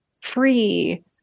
free